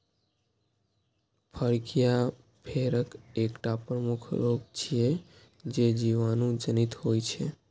फड़कियां भेड़क एकटा प्रमुख रोग छियै, जे जीवाणु जनित होइ छै